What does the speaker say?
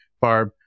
Barb